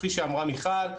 כפי שאמרה מיכל,